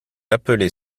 appelait